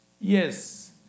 Yes